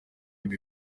ibi